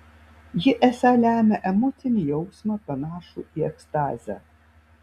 ji esą lemia emocinį jausmą panašų į ekstazę